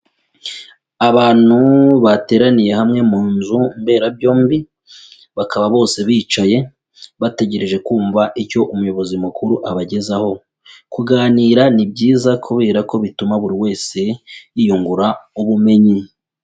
Abantu bateraniye hamwe mu nzu mberabyombi, bakaba bose bicaye bategereje kumva icyo umuyobozi mukuru abagezaho, kuganira ni byiza kubera ko bituma buri wese yiyungura ubumenyi.